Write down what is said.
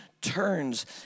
turns